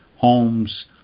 Homes